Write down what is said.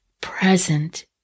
present